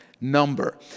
number